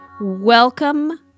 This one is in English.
Welcome